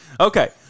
Okay